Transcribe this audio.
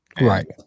Right